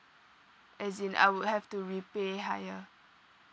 as in I would have to repay higher